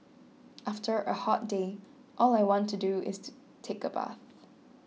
after a hot day all I want to do is take a bath